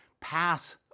pass